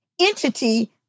entity